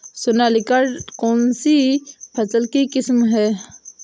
सोनालिका कौनसी फसल की किस्म है?